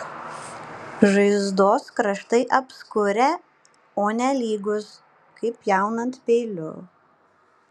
žaizdos kraštai apskurę o ne lygūs kaip pjaunant peiliu